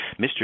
Mr